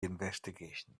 investigations